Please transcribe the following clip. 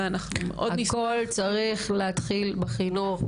הכול צריך להתחיל בחינוך,